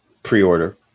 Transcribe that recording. Pre-order